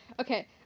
Okay